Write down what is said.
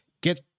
get-